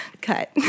cut